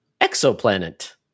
Exoplanet